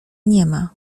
niema